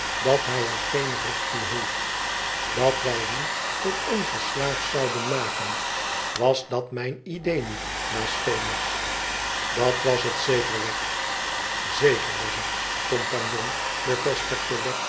dat hij er geen recht toe heeft dat wij hem tot onzen slaaf zouden maken was dat mijn idéé niet baas venus dat was het zeker wegg zeker was het compagnon bevestigde wegg